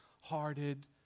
hearted